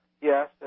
Yes